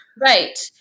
Right